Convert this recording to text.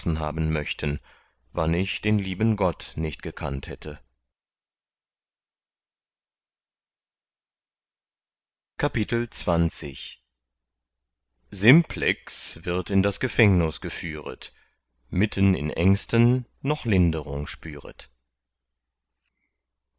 haben möchten wann ich den lieben gott nicht gekannt hätte das zwanzigste kapitel simplex wird in das gefängnus geführet mitten in ängsten noch linderung spüret